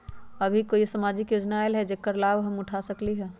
अभी कोई सामाजिक योजना आयल है जेकर लाभ हम उठा सकली ह?